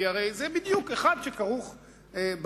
כי הרי זה בדיוק אחד שכרוך באחר.